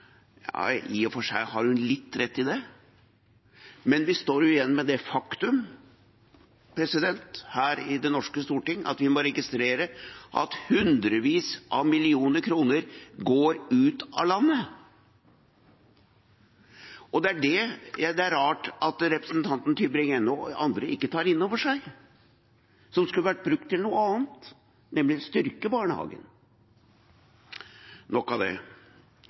i uttaket. I og for seg har hun litt rett i det, men vi står jo igjen med det faktum, her i det norske storting, at vi må registrere at hundrevis av millioner kroner går ut av landet – det er det som er rart at representanten Tybring-Gjedde og andre ikke tar inn over seg – som skulle vært brukt til noe annet, nemlig å styrke barnehagene. Nok om det.